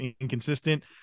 inconsistent